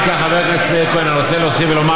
עושים חישוב מסלול מחדש ברמה הכי בסיסית